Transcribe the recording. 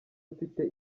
mfite